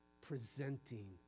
presenting